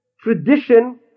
tradition